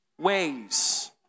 ways